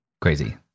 Crazy